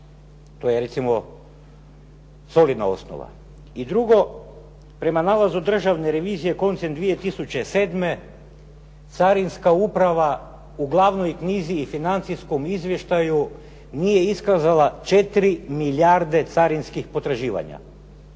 To je recimo solidna osnova. I drugo. Prema nalazu državne revizije, koncem 2007. carinska uprava u glavnoj knjizi i financijskom izvještaju nije iskazala 4 milijarde carinskih potraživanja.